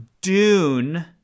Dune